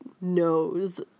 knows